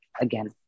again